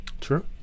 True